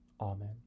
Amen